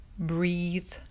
Breathe